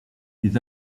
les